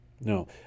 No